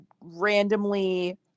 randomly